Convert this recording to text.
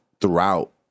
throughout